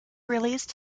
released